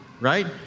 right